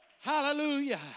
Hallelujah